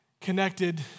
connected